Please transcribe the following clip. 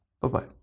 Bye-bye